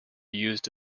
used